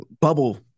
bubble